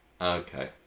Okay